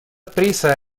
prisa